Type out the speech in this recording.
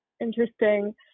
interesting